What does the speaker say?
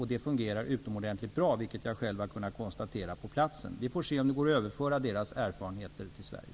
Det här fungerar utomordentligt bra. Det har jag själv på plats kunnat konstatera. Vi får se om det går att överföra de erfarenheterna till Sverige.